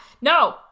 no